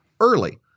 early